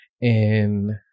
And-